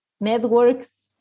networks